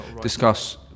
discuss